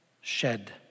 shed